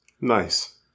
Nice